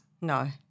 No